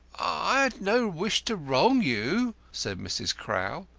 i've no wish to wrong you, said mrs. crowl.